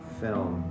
film